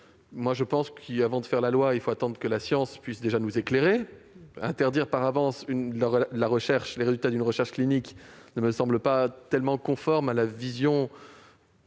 Je pense que, avant de faire la loi, il faut attendre que la science puisse nous éclairer. Interdire à l'avance les résultats d'une recherche clinique ne me semble pas conforme à la vision